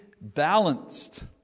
balanced